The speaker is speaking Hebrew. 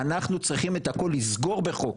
אנחנו צריכים את הכול לסגור בחוק,